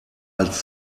als